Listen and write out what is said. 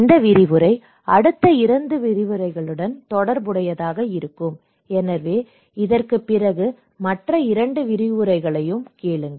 இந்த விரிவுரை அடுத்த இரண்டு விரிவுரைகளுடன் தொடர்புடையதாக இருக்கும் எனவே இதற்குப் பிறகு மற்ற இரண்டு விரிவுரைகளையும் கேளுங்கள்